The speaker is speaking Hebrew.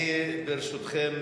ברשותכם,